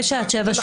פשע זה עד שבע שנים.